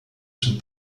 zum